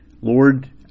Lord